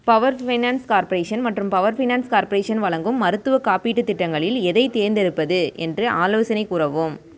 power finance corporation மற்றும் power finance corporation வழங்கும் மருத்துவக் காப்பீட்டுத் திட்டங்களில் எதைத் தேர்ந்தெடுப்பது என்று ஆலோசனை கூறவும்